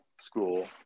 school